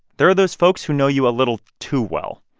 there are those folks who know you a little too well.